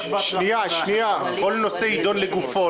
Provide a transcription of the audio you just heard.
כל נושא יידון לגופו.